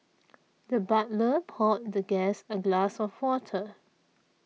the butler poured the guest a glass of water